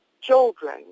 children